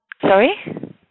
Sorry